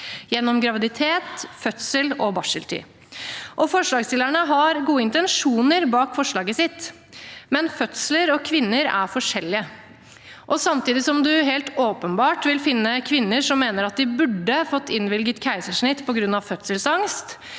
gjennom graviditet, fødsel og barseltid. Forslagsstillerne har gode intensjoner bak forslaget sitt, men fødsler og kvinner er forskjellige. Samtidig som man helt åpenbart vil finne kvinner som mener at de burde fått innvilget keisersnitt på grunn av fødselsangst,